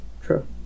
True